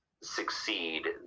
succeed